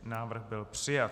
Návrh byl přijat.